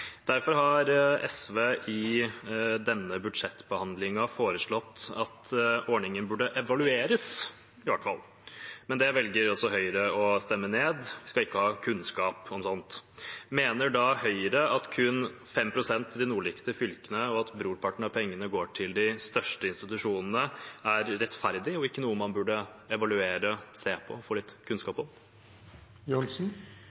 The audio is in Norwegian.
Derfor har SV i denne budsjettbehandlingen foreslått at ordningen i hvert fall burde evalueres, men det velger Høyre å stemme ned, man skal ikke ha kunnskap om sånt. Mener Høyre at det at kun 5 pst. går til de nordligste fylkene, og at brorparten av pengene går til de største institusjonene, er rettferdig og ikke noe man burde evaluere, se på og få litt